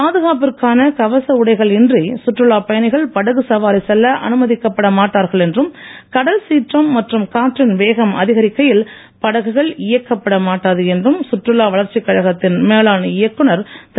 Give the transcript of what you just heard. பாதுகாப்பிற்கான கவச உடைகள் இன்றி சுற்றுலாப் பயணிகள் படகு சவாரி செல்ல அனுமதிக்கப்பட மாட்டார்கள் என்றும் கடல் சீற்றம் மற்றும் காற்றின் வேகம் அதிகரிக்கையில் படகுகள் இயக்கப்பட மாட்டாது என்றும் சுற்றுலா வளர்ச்சிக் கழகத்தின் மேலாண் இயக்குநர் திரு